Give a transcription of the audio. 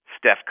Steph